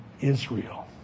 Israel